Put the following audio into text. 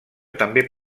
també